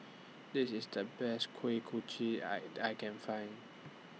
This IS The Best Kuih Kochi I I Can Find